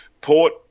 Port